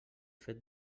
fet